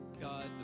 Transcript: god